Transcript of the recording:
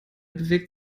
bewegt